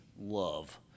love